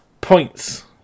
points